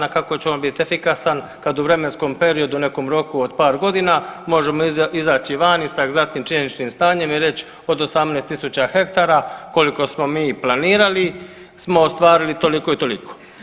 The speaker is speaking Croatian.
A kako će on biti efikasan kad u vremenskom periodu u nekom roku od par godina može izaći van sa egzaktnim činjeničnim stanjem i reć od 18.000 hektara koliko smo mi i planirali smo ostvarili toliko i toliko.